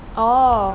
orh